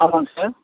ஆமாங்க சார்